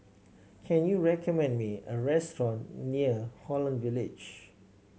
can you recommend me a restaurant near Holland Village